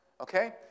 okay